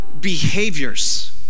behaviors